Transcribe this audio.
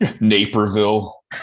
Naperville